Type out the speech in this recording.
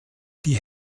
die